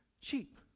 cheap